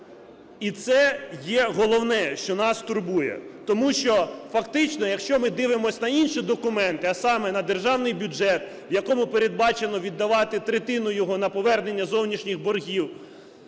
І це є головне, що нас турбує. Тому що, фактично, якщо ми дивимось на інші документи, а саме на державний бюджет, в якому передбачено віддавати третину його на повернення зовнішніх боргів,